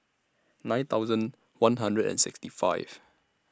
nine thousand one hundred and sixty five